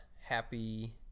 happy